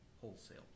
wholesale